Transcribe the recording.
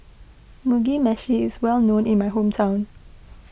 Mugi Meshi is well known in my hometown